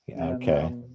okay